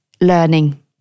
learning